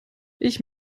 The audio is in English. ich